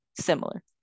similar